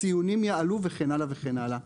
הציונים יעלו וכן הלאה וכן הלאה.